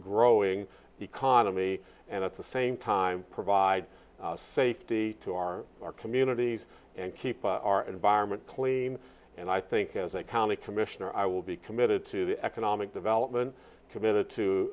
growing economy and at the same time provide safety to our our communities and keep our environment clean and i think as a county commissioner i will be committed to the economic development committed